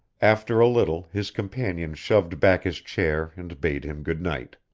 after a little his companion shoved back his chair and bade him good night.